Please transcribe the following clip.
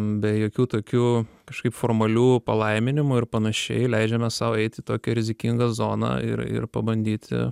be jokių tokių kažkaip formalių palaiminimų ir panašiai leidžiamės sau eiti į tokią rizikingą zoną ir ir pabandyti